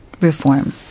reform